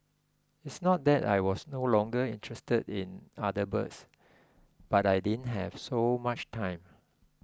it's not that I was no longer interested in other birds but I didn't have so much time